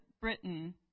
Britain